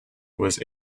was